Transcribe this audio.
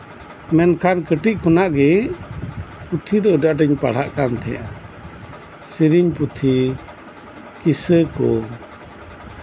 ᱢᱮᱱᱠᱷᱟᱱ ᱠᱟᱹᱴᱤᱡ ᱠᱷᱚᱱᱟᱜ ᱜᱮ ᱯᱩᱸᱛᱷᱤ ᱫᱚ ᱟᱸᱰᱤ ᱟᱸᱴ ᱤᱧ ᱯᱟᱲᱦᱟᱜ ᱠᱟᱱ ᱛᱟᱸᱦᱮᱜᱼᱟ ᱥᱮᱨᱮᱧ ᱯᱩᱛᱷᱤ ᱠᱤᱥᱮ ᱠᱚ